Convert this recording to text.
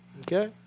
Okay